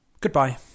Goodbye